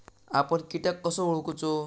आपन कीटक कसो ओळखूचो?